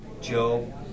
Joe